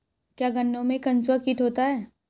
क्या गन्नों में कंसुआ कीट होता है?